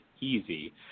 easy